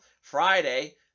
Friday